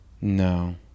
no